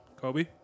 Kobe